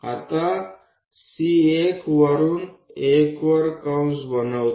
હવે C1 થી 1 પર એક ચાપ બનાવો